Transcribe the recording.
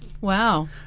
Wow